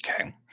Okay